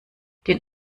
den